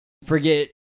Forget